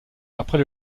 après